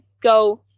go